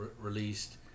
released